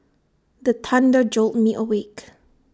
the thunder jolt me awake